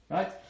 Right